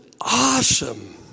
awesome